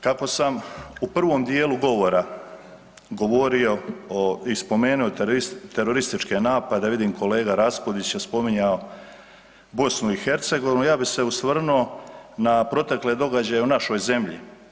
Kako sam u prvom djelu govora govorio i spomenuo terorističke napade, vidim kolega Raspudić je spominjao BiH, ja bi se osvrnuo na protekle događaje u našoj zemlji.